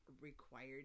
required